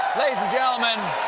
ladies and gentlemen,